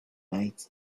night